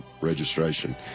registration